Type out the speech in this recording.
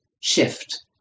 shift